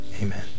amen